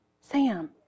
Sam